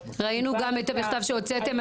ראינו גם את המכתב שהוצאתם,